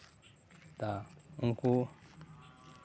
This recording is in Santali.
ᱩᱱᱠᱩ